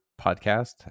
podcast